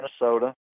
Minnesota